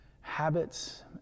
habits